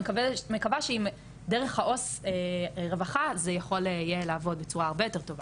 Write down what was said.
אני מקווה שדרך העו"ס רווחה זה יוכל לעבוד בצורה הרבה יותר טובה.